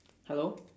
hello